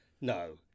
No